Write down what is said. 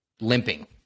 limping